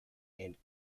and